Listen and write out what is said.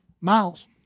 miles